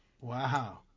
Wow